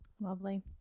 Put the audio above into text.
Lovely